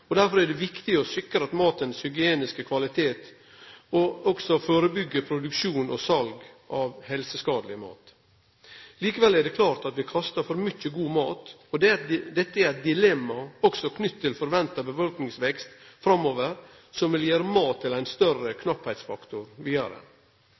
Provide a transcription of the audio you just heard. Derfor er det viktig å sikre matens hygieniske kvalitet og førebyggje produksjon og sal av helseskadeleg mat. Likevel er det klart at vi kastar for mykje god mat, og dette er eit dilemma også knytt til den forventa befolkningsveksten, som vil gjere mat til ein større